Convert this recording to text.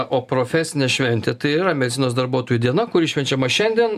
o profesinė šventė tai yra medicinos darbuotojų diena kuri švenčiama šiandien